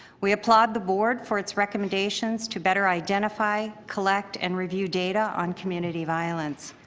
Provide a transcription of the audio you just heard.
we applaud the board for its recommendations to better identify, collect and review data on community violence.